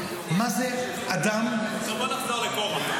מה זה אדם --- בוא נחזור לקרח.